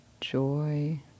joy